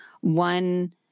one